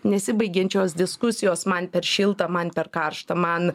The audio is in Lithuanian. nesibaigiančios diskusijos man per šilta man per karšta man